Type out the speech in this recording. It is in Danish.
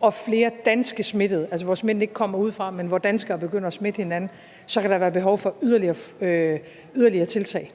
og flere danske smittede – altså hvor smitten ikke kommer udefra, men hvor danskere begynder at smitte hinanden – kan der være behov for yderligere tiltag.